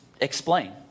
explain